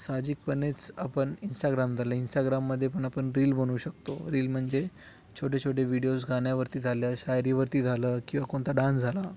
सहाजिकपणेच आपण इंस्टाग्राम झालं इंस्टाग्राममध्ये पण आपण रील बनवू शकतो रील म्हणजे छोटे छोटे व्हिडीओज गाण्यावरती झाल्या शायरीवरती झालं किंवा कोणता डान्स झाला